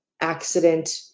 accident